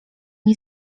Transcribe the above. nie